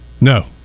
No